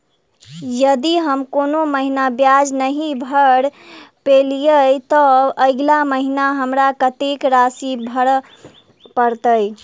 यदि हम कोनो महीना ब्याज नहि भर पेलीअइ, तऽ अगिला महीना हमरा कत्तेक राशि भर पड़तय?